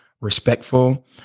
respectful